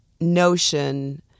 notion